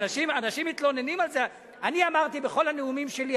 אמרתי בכל הנאומים שלי,